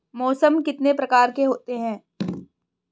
मौसम कितने प्रकार के होते हैं?